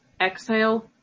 exhale